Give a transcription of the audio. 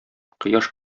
кояш